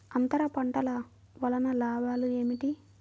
అంతర పంటల వలన లాభాలు ఏమిటి?